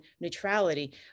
neutrality